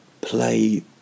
play